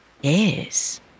Yes